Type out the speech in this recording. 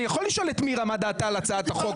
אני יכול לשאול את מירה מה דעתה על הצעתה חוק.